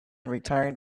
returned